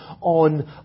on